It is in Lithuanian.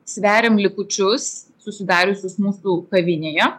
sveriam likučius susidariusius mūsų kavinėje